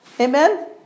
Amen